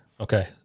okay